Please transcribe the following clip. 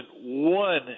one